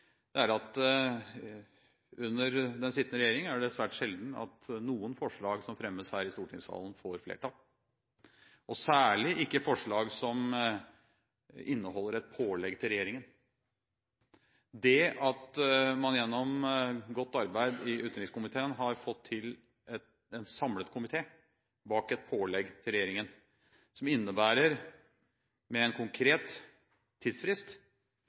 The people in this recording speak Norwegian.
til, er at under den sittende regjering er det svært sjelden at noen forslag som fremmes her i stortingssalen, får flertall, særlig ikke forslag som inneholder et pålegg til regjeringen. Det at man gjennom godt arbeid i utenrikskomiteen har fått til en samlet komité bak et pålegg til regjeringen, som innebærer at man med en konkret tidsfrist